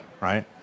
right